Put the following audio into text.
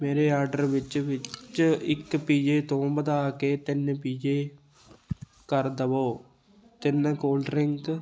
ਮੇਰੇ ਆਡਰ ਵਿੱਚ ਵਿੱਚ ਇੱਕ ਪੀਜੇ ਤੋਂ ਵਧਾ ਕੇ ਤਿੰਨ ਪੀਜੇ ਕਰ ਦੇਵੋ ਤਿੰਨ ਕੋਲਡ ਡਰਿੰਕ